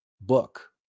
book